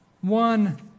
One